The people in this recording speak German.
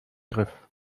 griff